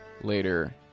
Later